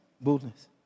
Boldness